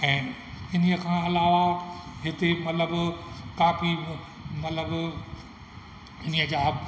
ऐं इन्हीअ खां अलावा हिते मतलबु काफ़ी मतलबु इन्हीअ जा